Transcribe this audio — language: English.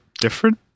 different